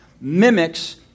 mimics